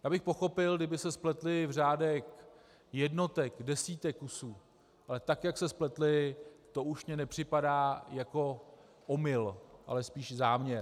Já bych pochopil, kdyby se spletli v řádech jednotek, desítek kusů, ale tak jak se spletli, to už mi nepřipadá jako omyl, ale spíš záměr.